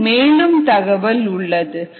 அதில் மேலும் தகவல் உள்ளது